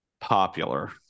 popular